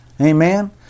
Amen